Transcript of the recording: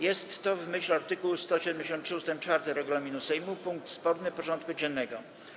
Jest to, w myśl art. 173 ust. 4 regulaminu Sejmu, punkt sporny porządku dziennego.